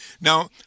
Now